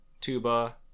tuba